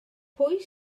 pwy